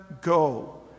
go